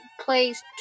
plays